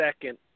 second